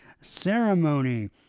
Ceremony